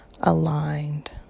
aligned